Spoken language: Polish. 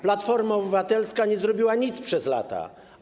Platforma Obywatelska nie zrobiła nic przez lata.